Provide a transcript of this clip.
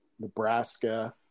Nebraska